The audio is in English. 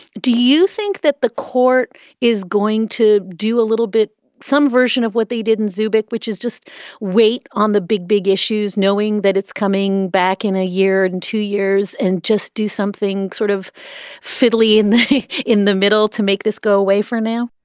do you think that the court is going to do a little bit some version of what they did in zubik, which is just wait on the big, big issues, knowing that it's coming back in a year and two years and just do something sort of fitly in the middle to make this go away for now?